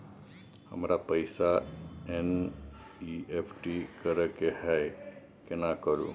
हमरा पैसा एन.ई.एफ.टी करे के है केना करू?